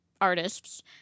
artists